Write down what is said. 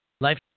Life